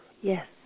Yes